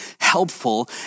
helpful